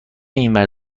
اینور